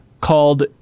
called